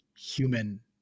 human